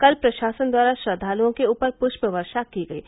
कल प्रशासन द्वारा श्रद्वालुओं के ऊपर पुष्प वर्षा की गयी